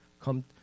come